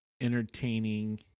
entertaining